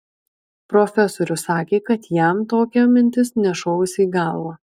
profesorius sakė kad jam tokia mintis nešovusi į galvą